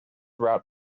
route